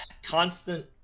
constant